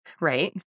right